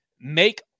Make